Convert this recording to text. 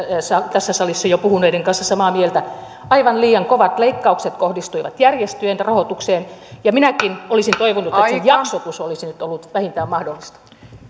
tässä salissa jo puhuneiden kanssa samaa mieltä aivan liian kovat leikkaukset kohdistuivat järjestöjen rahoitukseen minäkin olisin toivonut että se jaksotus olisi nyt ollut vähintään mahdollista